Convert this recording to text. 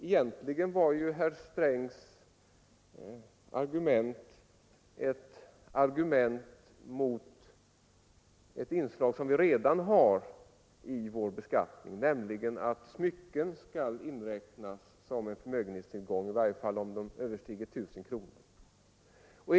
Egentligen var herr Strängs argument ett argument mot ett inslag som vi redan har i vår beskattning, nämligen att smycken skall räknas som förmögenhetstillgång, vilket i dag sker om de överstiger ett värde av 1000 kronor.